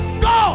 go